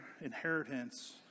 inheritance